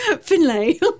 Finlay